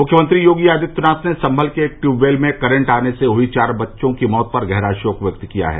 मुख्यमंत्री योगी आदित्यनाथ ने संभल में एक ट्यूबवेल में करेंट आने से हुई चार बच्चों की मौत पर गहरा शोक व्यक्त किया है